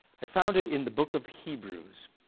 i found it in the book of hebrews.